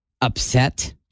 upset